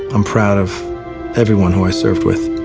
i'm proud of everyone who i served with,